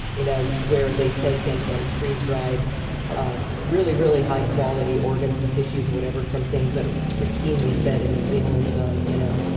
you know, where they've taken and freeze dried um um liver really, really high quality organs and tissues or whatever from things that are pristinely fed in new zealand on, you know.